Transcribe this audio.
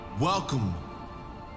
welcome